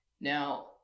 Now